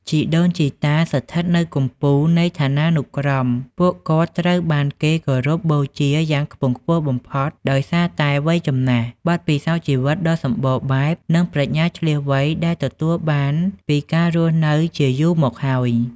ជីដូនជីតា ស្ថិតនៅកំពូលនៃឋានានុក្រម ពួកគាត់ត្រូវបានគេគោរពបូជាយ៉ាងខ្ពង់ខ្ពស់បំផុត ដោយសារតែ វ័យចំណាស់ បទពិសោធន៍ជីវិតដ៏សម្បូរបែប និងប្រាជ្ញាឈ្លាសវៃ ដែលទទួលបានពីការរស់នៅជាយូរមកហើយ។